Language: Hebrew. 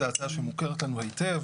זו הצעה שמוכרת לנו היטב,